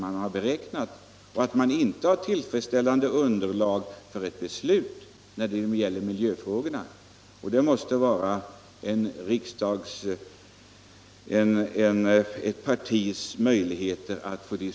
§ 4 Om åtgärder för att förhindra rättsförluster vid inkomsttaxe = Nr 68 ringen i vissa fall av ringa försumlighet Måndagen den - 28 april 1975 Herr finansministern STRÄNG erhöll ordet för att besvara herr Tor SRS walds den 21 mars anmälda interpellation, nr 45, och anförde: Om åtgärder för att Herr talman!